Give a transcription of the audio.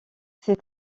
ses